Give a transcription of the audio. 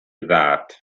that